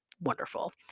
wonderful